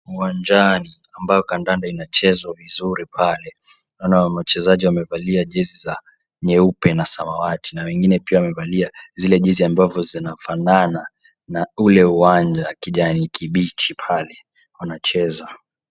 Uwanjani ambako kandanda inachezwa vizuri pale. Naona wachezaji wamevalia jezi za nyeupe na samawati na wengine pia wamevalia zile jezi ambavyo zinafanana na ule uwanja wa kijani kibichi pale wanacheza.